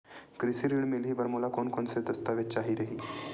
कृषि ऋण मिलही बर मोला कोन कोन स दस्तावेज चाही रही?